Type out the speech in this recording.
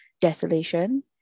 desolation